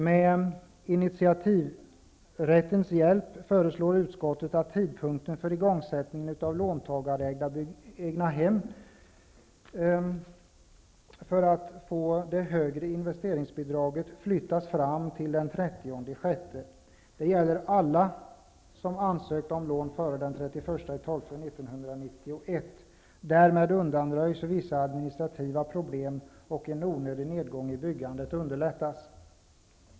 Med initiativrättens hjälp föreslår utskottet att tidpunkten för igångsättning av låntagarbyggda egnahem för att få det högre investeringsbidraget flyttas fram till den 30 juni. Det gäller alla som ansökt om lån före den 31 december 1991. Därmed undanröjs vissa administrativa problem, och en onödig nedgång i byggandet förhindras.